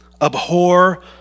Abhor